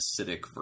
acidic